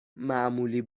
معمولی